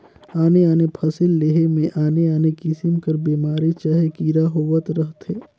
आने आने फसिल लेहे में आने आने किसिम कर बेमारी चहे कीरा होवत रहथें